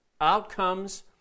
outcomes